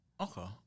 Okay